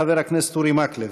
חבר הכנסת אורי מקלב.